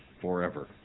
forever